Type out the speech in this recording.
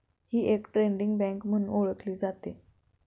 ही एक trading bank म्हणून ओळखली जाते